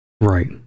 right